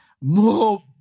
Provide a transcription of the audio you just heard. more